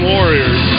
Warriors